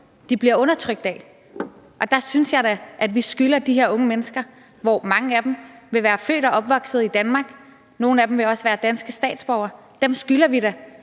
de bliver undertrykt af. Der synes jeg da, at vi skylder de her unge mennesker – mange af dem vil være født og opvokset i Danmark, og nogle af dem vil også være danske statsborgere – en håndsrækning,